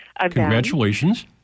Congratulations